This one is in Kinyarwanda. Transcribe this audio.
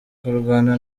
kurwana